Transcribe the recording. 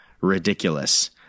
ridiculous